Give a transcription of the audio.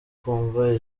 kumva